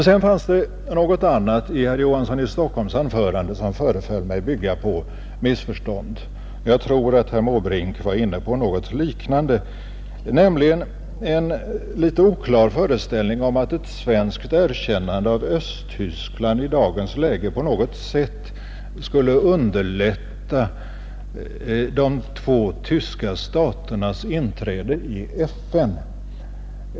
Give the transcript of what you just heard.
Sedan fanns det något annat i herr Johanssons i Stockholm anförande som föreföll mig bygga på missförstånd — och jag tror att herr Måbrink var inne på något liknande. Det var nämligen en litet oklar föreställning om att ett svenskt erkännande av Östtyskland i dagens läge på något sätt skulle underlätta de två tyska staternas inträde i FN.